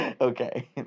Okay